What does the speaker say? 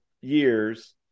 years